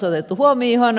mennään eteenpäin